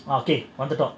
okay on the top